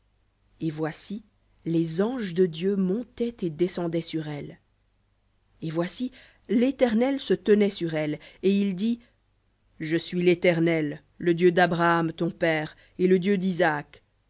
et voici les anges de dieu montaient et descendaient sur elle et voici l'éternel se tenait sur elle et il dit je suis l'éternel le dieu d'abraham ton père et le dieu d'isaac